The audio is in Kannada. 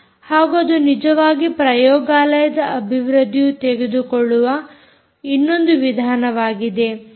ಹಾಗೂ ಅದು ನಿಜವಾಗಿ ಪ್ರಯೋಗಾಲಯದ ಅಭಿವೃದ್ದಿಯು ತೆಗೆದುಕೊಳ್ಳುವ ಇನ್ನೊಂದು ವಿಧಾನವಾಗಿದೆ